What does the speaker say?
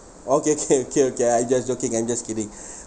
okay K okay okay I just joking I'm just kidding